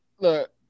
look